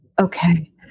Okay